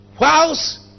whilst